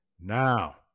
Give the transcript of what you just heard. now